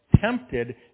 tempted